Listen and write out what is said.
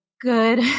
good